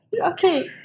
Okay